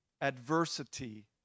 adversity